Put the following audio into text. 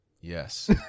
yes